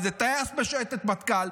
איזה טייס בשייטת מטכ"ל,